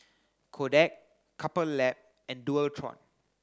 Kodak Couple Lab and Dualtron